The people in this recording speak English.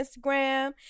Instagram